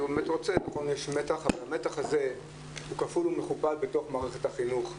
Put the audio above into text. נכון שיש מתח אבל המתח הזה הוא כפול ומכופל בתוך מערכת החינוך.